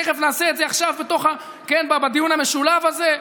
תכף נעשה את זה עכשיו בדיון המשולב הזה.